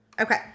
Okay